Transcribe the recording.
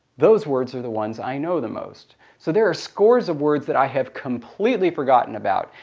those words are the ones i know the most. so there are scores of words that i have completely forgotten about,